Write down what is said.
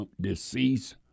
deceased